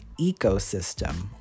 ecosystem